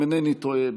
אם אינני טועה,